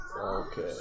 Okay